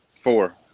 four